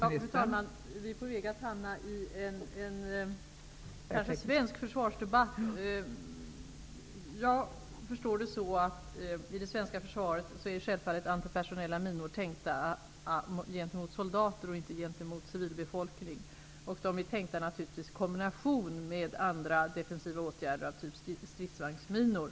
Fru talman! Vi är på väg att hamna i en svensk försvarsdebatt. Jag förstår det så, att i det svenska försvaret är antipersonella minor självfallet avsedda att användas mot soldater och inte mot civilbefolkning. De är naturligtvis avsedda att användas i kombination med andra defensiva åtgärder av typen stridsvagnsminor.